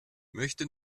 möchte